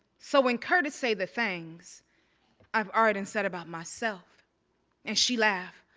so when curtis say the things i've already and said about myself and she laugh,